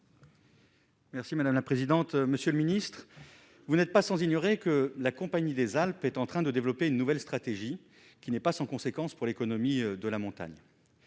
Merci madame la présidente, monsieur le Ministre, vous n'êtes pas sans ignorer que la Compagnie des Alpes est en train de développer une nouvelle stratégie qui n'est pas sans conséquences pour l'économie de la montagne,